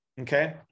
okay